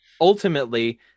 ultimately